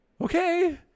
Okay